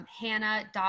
Hannah